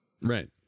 Right